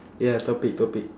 ya topic topic